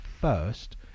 first